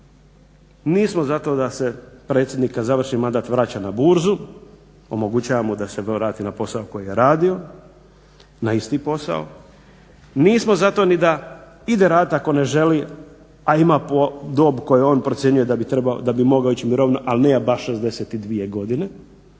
nismo zato da se predsjednik kad završi mandat vraća na burzu, omogućavamo mu da se vrati na posao koji je radio, na isti posao. Nismo zato ni da ide radit ako ne želi, a ima dob koju on procjenjuje da bi trebao, da bi mogao ići u mirovinu ali nema baš 62 godine,